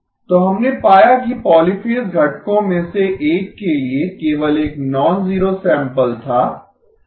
तो हमने पाया कि पॉलीफ़ेज़ घटकों में से एक के लिए केवल एक नॉनजीरो सैंपल था